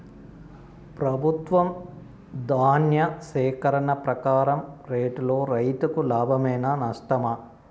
ప్రభుత్వం ధాన్య సేకరణ ప్రకారం రేటులో రైతుకు లాభమేనా నష్టమా?